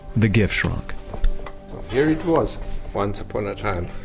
the giftschrank here it was once upon a time.